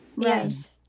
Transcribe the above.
Yes